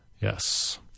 yes